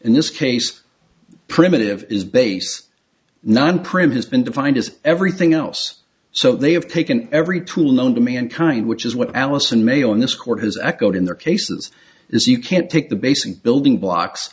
in this case primitive is base nine prim has been defined as everything else so they have taken every tool known to mankind which is what allison mayo in this court has echoed in their cases is you can't take the basic building blocks